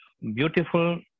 beautiful